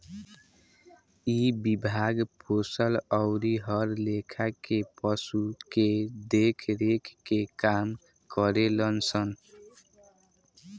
इ विभाग पोसल अउरी हर लेखा के पशु के देख रेख के काम करेलन सन